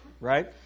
right